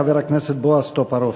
חבר הכנסת בועז טופורובסקי.